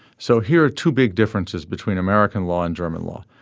so here are two big differences between american law and german law.